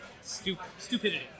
stupidity